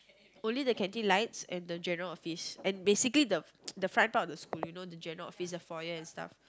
only the canteen lights and the general office and basically the the front part of the school you know the general office the foyer and stuff